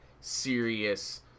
serious